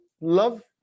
love